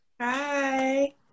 Hi